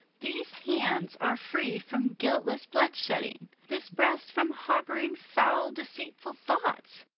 these hands are free from guiltlesse bloodshedding, this breast from harbouring foule deceitfull thoughts.